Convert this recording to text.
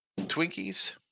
Twinkies